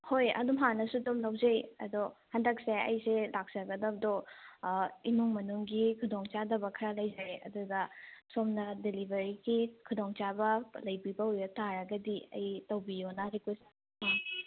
ꯍꯣꯏ ꯑꯗꯨꯝ ꯍꯥꯟꯅꯁꯨ ꯑꯗꯨꯝ ꯂꯧꯖꯩ ꯑꯗꯣ ꯍꯟꯗꯛꯁꯦ ꯑꯩꯁꯦ ꯂꯥꯛꯆꯒꯗꯕꯗꯣ ꯏꯃꯨꯡ ꯃꯅꯨꯡꯒꯤ ꯈꯨꯗꯣꯡ ꯆꯥꯗꯕ ꯈꯔ ꯂꯩꯖꯔꯦ ꯑꯗꯨꯗ ꯁꯣꯝꯅ ꯗꯦꯂꯤꯕꯔꯤꯒꯤ ꯈꯨꯗꯣꯡ ꯆꯥꯕ ꯂꯩꯕꯤꯕ ꯑꯣꯏꯕ ꯇꯥꯔꯒꯗꯤ ꯑꯩ ꯇꯧꯕꯤꯌꯣꯅ ꯔꯤꯀ꯭ꯋꯦꯁ